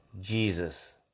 Jesus